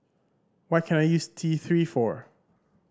what can I use T Three for